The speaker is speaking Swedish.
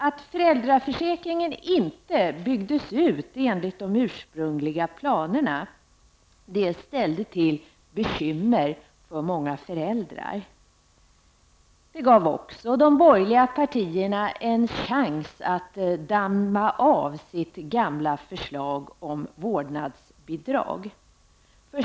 Att föräldraförsäkringen inte byggdes ut enligt de ursprungliga planerna ställde till bekymmer för många föräldrar. Det gav också de borgerliga partierna en chans att damma av sitt gamla förslag om vårdnadsbidrag.